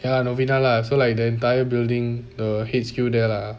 ya novena lah so like the entire building the H_Q there lah